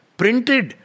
printed